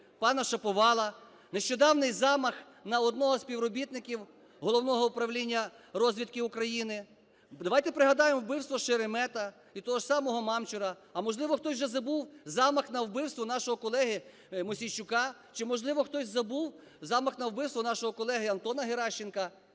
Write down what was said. пана Шаповала, нещодавній замах на одного із співробітників Головного управління розвідки України, давайте пригадаємо вбивство Шеремета і того ж самого Мамчура. А можливо, хтось вже забув замах на вбивство нашого колеги Мосійчука, чи, можливо, хтось забув замах на вбивство нашого колеги Антона Геращенка?